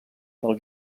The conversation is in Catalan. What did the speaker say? del